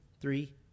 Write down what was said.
three